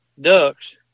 ducks